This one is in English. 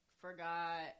Forgot